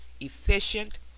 efficient